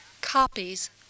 copies